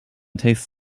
tastes